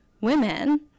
women